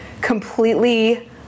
completely